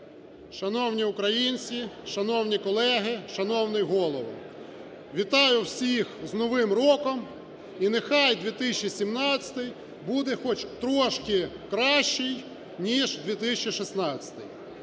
Шановні українці, шановні колеги шановний Голово! Вітаю всіх з Новим роком, і нехай 2017 буде хоч трошки кращий, ніж 2016.